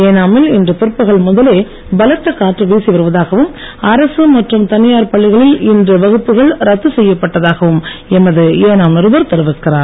ஏனா மில் இன்று பிற்பகல் முதலே பலத்த காற்று வீசி வருவதாகவும் அரசு மற்றும் தனியார் பள்ளிகளில் இன்று வகுப்புகள் ரத்து செய்யப்பட்டதாகவும் எமது ஏனாம் நிருபர் தெரிவிக்கிறார்